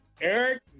Eric